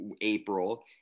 April